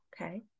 Okay